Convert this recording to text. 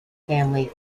family